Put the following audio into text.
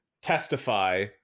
testify